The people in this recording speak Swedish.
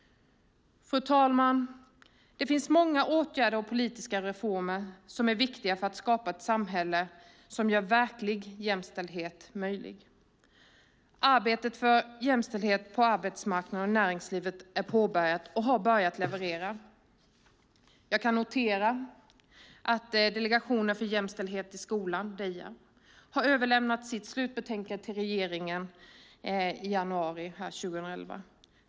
Fru talman! Det finns många åtgärder och politiska reformer som är viktiga för att skapa ett samhälle som gör verklig jämställdhet möjlig. Arbetet för jämställdhet på arbetsmarknaden och i näringslivet är påbörjat och har börjat leverera. Jag kan notera att Delegationen för jämställdhet i skolan, Deja, överlämnade sitt slutbetänkande till regeringen i januari 2011.